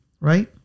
right